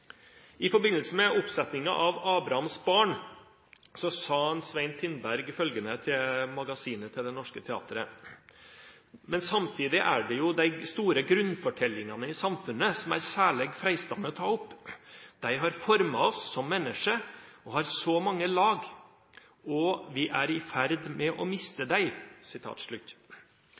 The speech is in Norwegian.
I forbindelse med oppsettingen av Abrahams barn sa Svein Tindberg følgende til magasinet til Det norske teatret: «Men samtidig er det jo dei store grunnforteljingane i samfunnet som er særleg freistande å ta opp. Dei har forma oss som menneske og har så mange lag. Og vi er i ferd med å miste dei.»